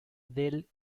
del